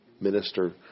Minister